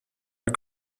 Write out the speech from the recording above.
are